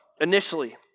initially